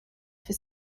for